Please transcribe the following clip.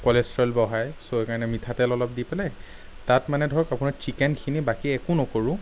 cholesterol বঢ়ায় চ' সেইকাৰণে মিঠাতেল অলপ দি পেলাই তাত মানে ধৰক অকমান চিকেনখিনি বাকী একো নকৰোঁ